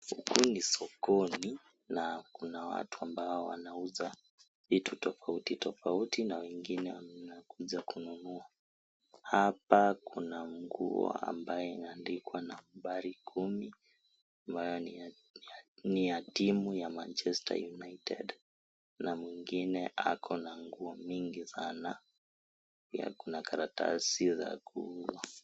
Huku ni sokoni na kuna watu ambao wanauza vitu tofautitofauti na wengine wamekuja kununua, hapa kuna nguo ambaye imeandikwa nambari kumi ambayo ni ya timu ya Manchester United na mwingine akona nguo nyingi sana, pia kuna karatasi za kuu.